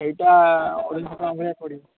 ସେଇଟା ଉଣେଇଶ ଶହ ଟଙ୍କା ଭଳିଆ ପଡ଼ିବ